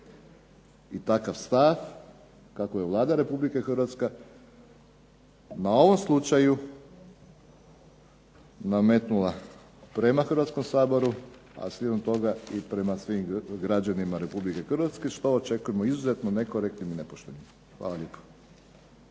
i takav stav kako je Vlada Republike Hrvatske na ovom slučaju nametnula prema Hrvatskom saboru, a ... toga i prema svim građanima Republike Hrvatske što očekujemo izuzetno nekorektnim i nepoštenim. Hvala lijepo.